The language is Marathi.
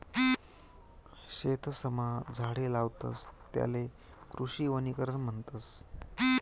शेतसमा झाडे लावतस त्याले कृषी वनीकरण म्हणतस